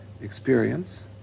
experience